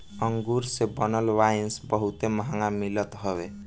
अंगूर से बनल वाइन बहुते महंग मिलत हवे